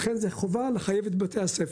לכן זה חובה לחייב את בתי הספר.